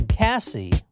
Cassie